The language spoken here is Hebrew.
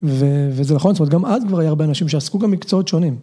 וזה נכון, זאת אומרת גם אז כבר היה הרבה אנשים שעסקו גם מקצועות שונים.